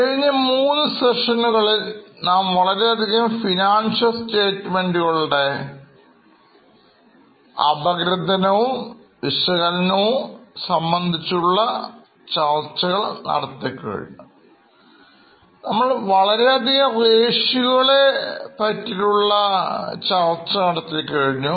കഴിഞ്ഞ മൂന്നു സെഷനുകളിൽ നാം വളരെയധികം ഫിനാൻഷ്യൽ സ്റ്റേറ്റ്മെൻറ്സ്കളുടെഅപഗ്രഥനവും വിശകലനവും സംബന്ധിച്ചുള്ള ചർച്ചകൾ നടത്തിക്കഴിഞ്ഞു നമ്മൾ വളരെയധികം Ratios കളെ പറ്റിയുള്ള ചർച്ച നടത്തിക്കഴിഞ്ഞു